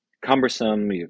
cumbersome